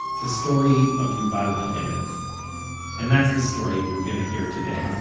the story of yuval harel. and and that's the story we're going to hear today